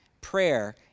prayer